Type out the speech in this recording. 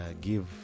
give